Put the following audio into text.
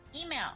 Email